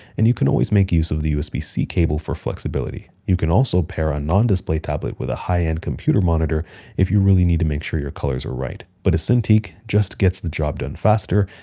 and you can always make use of the usb-c cable for flexibility. you can also pair a non-display tablet with a high-end computer monitor if you really need to make sure your colors are right. but a cintiq just gets the job done faster,